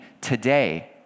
today